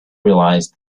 realise